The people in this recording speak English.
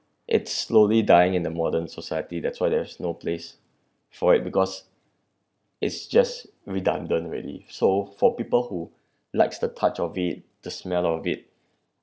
it's slowly dying in the modern society that's why there's no place for it because it's just redundant really so for people who likes the touch of it the smell of it